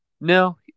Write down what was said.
No